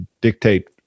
dictate